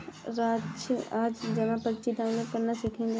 राज आज जमा पर्ची डाउनलोड करना सीखेगा